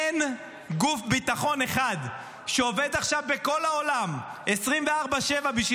אין גוף ביטחון אחד שעובד עכשיו בכל העולם 24/7 בשביל